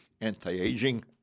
anti-aging